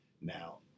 Now